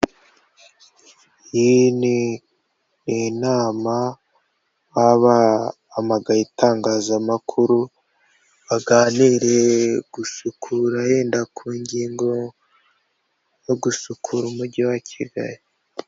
Iyi ni inama baba bahamagaye itangazamakuru, baganire gusukura, yenda ku ngingo yo gusukura umujyi wa Kigali.